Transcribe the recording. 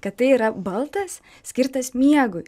kad tai yra baldas skirtas miegui